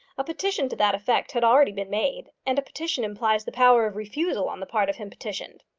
a petition to that effect had already been made, and a petition implies the power of refusal on the part of him petitioned.